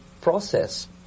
process